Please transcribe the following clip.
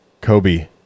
Kobe